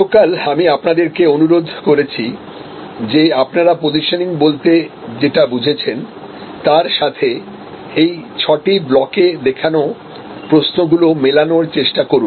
গতকাল আমি আপনাদেরকে অনুরোধ করেছি যে আপনারা পসিশনিং বলতে যেটা বুঝেছেন তার সাথে এই ছটি ব্লকে দেখানো প্রশ্নগুলো মেলানোর চেষ্টা করুন